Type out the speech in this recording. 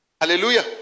Hallelujah